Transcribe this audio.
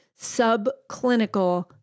subclinical